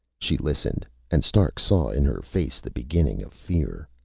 she listened, and stark saw in her face the beginning of fear.